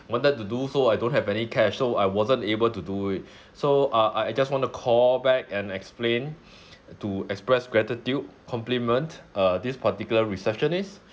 wanted to do so I don't have any cash so I wasn't able to do it so uh uh I just want to call back and explain to express gratitude compliment uh this particular receptionist